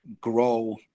grow